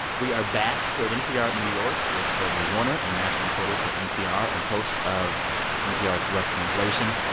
we are back here at npr new york with gregory warner, international reporter for npr and host of npr's rough translation,